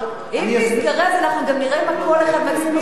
אם תזדרז, אנחנו גם נראה מה כל אחד מצביע.